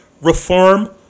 reform